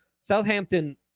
Southampton